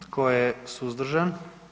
Tko je suzdržan?